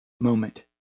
moment